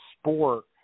sport